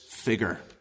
figure